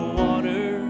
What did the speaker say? water